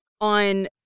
on